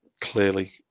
clearly